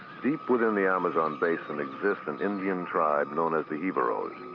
deep within the amazon basin exists an indian tribe known as the jivaros.